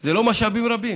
אלה לא משאבים רבים.